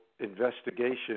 investigation